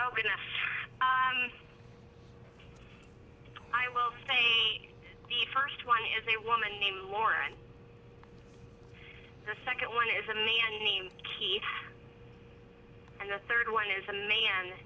oh goodness i will sing the first one is a woman named lauren the second one is a man named keith and the third one is a man